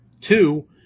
Two